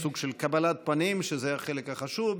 יש סוג של קבלת פנים, שזה החלק החשוב.